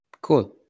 Cool